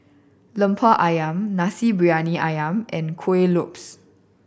Lemper Ayam Nasi Briyani Ayam and Kuih Lopes